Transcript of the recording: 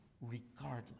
regardless